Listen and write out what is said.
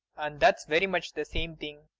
and that's very much the same thing.